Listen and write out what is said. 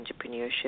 entrepreneurship